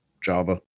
java